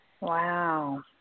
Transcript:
Wow